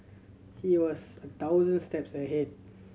he was a thousand steps ahead